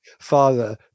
Father